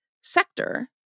sector